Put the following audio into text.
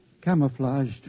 Camouflaged